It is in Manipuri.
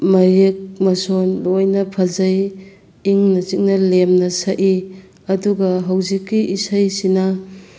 ꯃꯌꯦꯛ ꯃꯁꯣꯟ ꯂꯣꯏꯅ ꯐꯖꯩ ꯏꯪꯅ ꯆꯤꯛꯅ ꯂꯦꯝꯅ ꯁꯛꯏ ꯑꯗꯨꯒ ꯍꯧꯖꯤꯛꯀꯤ ꯏꯁꯩꯁꯤꯅ